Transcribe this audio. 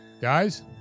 Guys